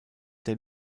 der